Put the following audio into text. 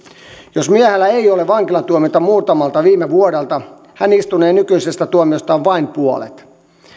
jos miehellä ei ole vankilatuomiota muutamalta viime vuodelta hän istunee nykyisestä tuomiostaan vain puolet